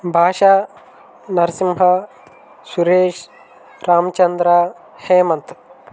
భాషా నరసింహ సురేష్ రామచంద్ర హేమంత్